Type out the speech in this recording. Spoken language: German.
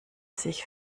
sich